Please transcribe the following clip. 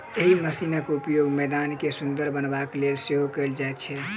एहि मशीनक उपयोग मैदान के सुंदर बनयबा मे सेहो कयल जाइत छै